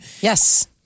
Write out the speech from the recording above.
Yes